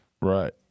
Right